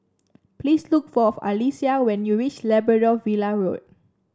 please look for of Alyssia when you reach Labrador Villa Road